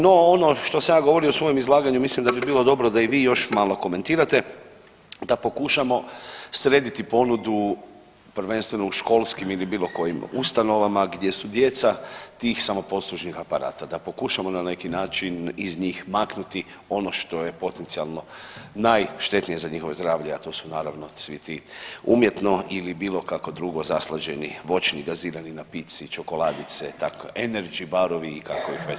No ono što sam ja govorio u svojem izlaganju mislim da bi bilo dobro da i vi još malo komentirate, da pokušamo srediti ponudu prvenstveno u školskim ili bilo kojim ustanovama gdje su djeca tih samoposlužnih aparata, da pokušamo na neki način iz njih maknuti ono što je potencijalno najštetnije za njihovo zdravlje, a to su naravno svi ti umjetno ili bilo kako drugo zaslađeni voćni gazirani napitci, čokoladice, energy barovi i kako ih sve zovu.